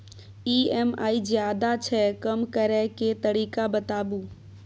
EMI ज्यादा छै कम करै के तरीका बताबू?